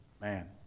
Man